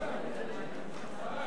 הצעת סיעות רע"ם-תע"ל חד"ש בל"ד להביע